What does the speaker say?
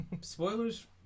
Spoilers